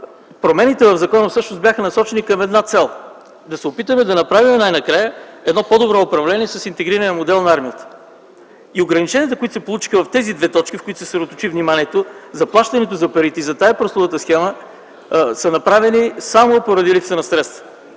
Промените в закона всъщност бяха насочени към една цел – да се опитаме да направим най-накрая едно по-добро управление с интегрирания модел на армията. Ограниченията, които се получиха в тези две точки, в които се съсредоточи вниманието – заплащането на парите и тази прословута схема, са направени само поради липса на средства,